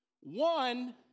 one